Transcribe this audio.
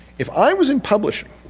if i was in publishing